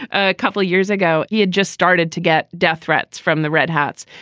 a couple years ago, he had just started to get death threats from the red hats.